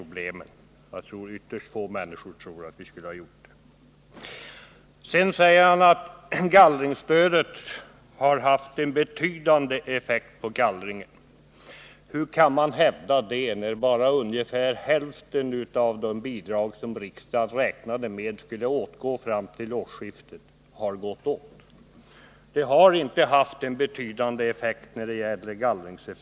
Och jag menar att ytterst få människor tror att vi skulle ha löst problemen på det sättet. Sedan säger han att gallringsstödet haft en betydande effekt på gallringen. Hur kan man hävda det när bara ungefär hälften av de bidragsmedel som riksdagen räknat med skulle åtgå fram till årsskiftet har gått åt? Stödet har inte haft någon betydande effekt när det gäller gallringen.